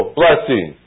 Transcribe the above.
blessing